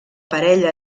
parella